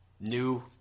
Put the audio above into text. New